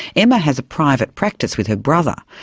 emma has a private practice with her brother,